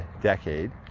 decade